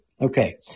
okay